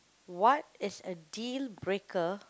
what is a dealbreaker